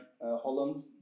Holland